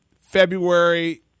February